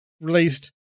Released